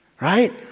right